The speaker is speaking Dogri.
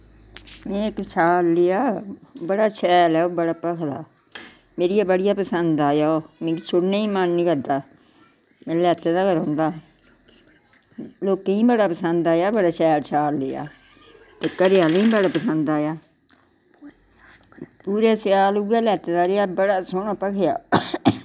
में इक शाल लेआ बड़ा शैल ऐ ओह् बड़ा भक्खदा मेरियै बड़ा पसंद आया ओह् मिगी छुड़ने मन निं करदा में लैते दा गै रौहंदा लोकें गी बी बड़ा पसंद आया बड़ा शैल शाल लेआ ते घरें आह्लें गी बी बड़ा पसंद आया पूरे सेआल उऐ लैते दा रेहा बड़ा सोह्ना भक्खेआ